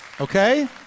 Okay